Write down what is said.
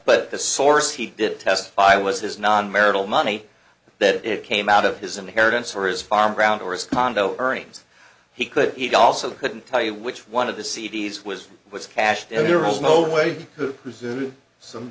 but the source he did testify was his non marital money that it came out of his inheritance or his farm ground or his condo earnings he could eat also couldn't tell you which one of the c d s was which cash